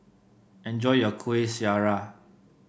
enjoy your Kueh Syara